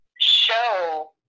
show